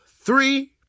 three